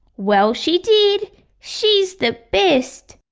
well she did she's the best!